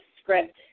script